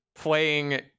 playing